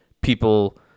people